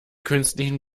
künstlichen